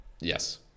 Yes